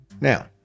Now